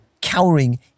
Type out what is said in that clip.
cowering